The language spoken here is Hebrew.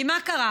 כי מה קרה?